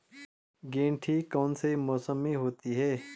गेंठी कौन से मौसम में होती है?